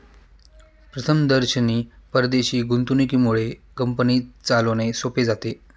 प्रथमदर्शनी परदेशी गुंतवणुकीमुळे कंपनी चालवणे सोपे जाते